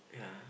yeah